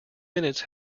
minutes